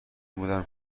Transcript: بودم